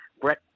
Brett